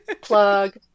plug